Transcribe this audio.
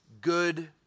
Good